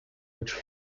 which